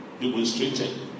demonstrated